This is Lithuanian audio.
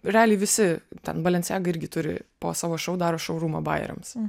realiai visi ten balenciaga irgi turi po savo šou daro šourumą bajeriams